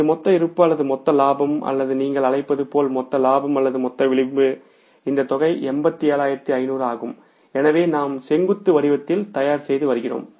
இது மொத்த இருப்பு அல்லது மொத்த லாபம் அல்லது நீங்கள் அழைப்பது போல மொத்த லாபம் அல்லது மொத்த விளிம்பு இந்த தொகை 87500 ஆகும் எனவே நாம் செங்குத்து வடிவத்தில் தயார்செய்துவருகிறோம்